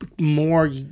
more